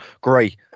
great